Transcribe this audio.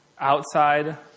outside